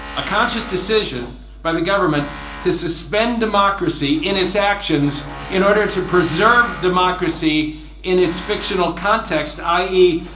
a conscious decision by the government to suspend democracy in its actions in order to preserve democracy in its fictional context, i e,